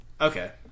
Okay